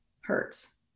hurts